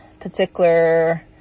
particular